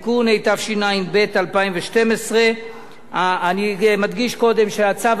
התשע"ב 2012. אני מדגיש קודם שהצו הזה,